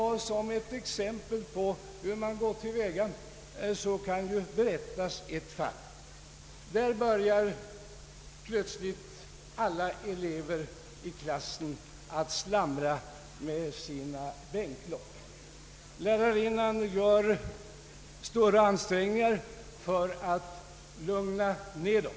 Som ett exempel på hur man går till väga kan berättas ett fall. Plötsligt börjar alla elever i en klass att slamra med sina bänklock. Lärarinnan gör stora ansträngningar för att lugna ned dem.